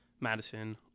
Madison